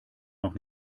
noch